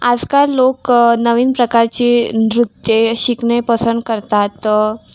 आज काल लोक नवीन प्रकारचे नृत्य शिकणे पसंत करतात